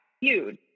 huge